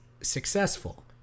successful